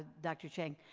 dr. cheng.